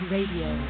Radio